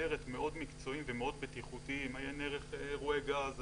בכותרת מאוד מקצועיים ומאוד בטיחותיים עיין ערך אירועי גז,